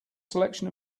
selection